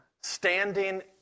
standing